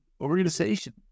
organization